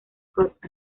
scott